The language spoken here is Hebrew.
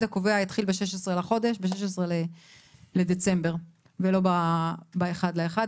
הקובע התחיל ב-16 בדצמבר ולא ב-1 בינואר.